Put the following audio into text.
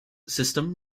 system